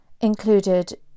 included